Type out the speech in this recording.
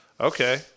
Okay